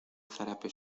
zarape